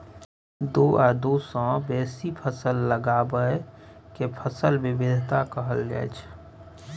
दु आ दु सँ बेसी फसल लगाएब केँ फसल बिबिधता कहल जाइ छै